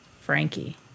Frankie